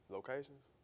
Locations